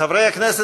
חברי הכנסת,